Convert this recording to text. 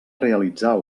realitzar